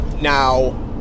now